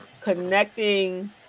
connecting